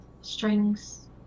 strings